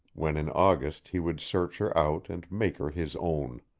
when in august he would search her out and make her his own.